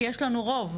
כי יש לנו רוב.